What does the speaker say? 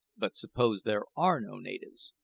but suppose there are no natives?